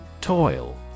Toil